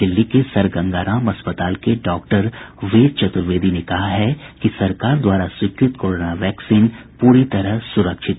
दिल्ली के सर गंगाराम अस्पताल के डॉक्टर वेद चतुर्वेदी ने कहा कि सरकार द्वारा स्वीकृत कोरोना वैक्सीन पूरी तरह से सुरक्षित है